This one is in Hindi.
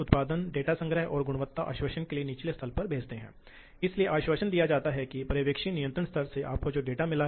तो यह गति के बावजूद कम या ज्यादा स्थिर रहता है इसलिए गति के बावजूद यह स्थिर रहता है